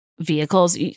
vehicles